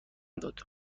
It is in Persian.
داد